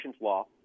law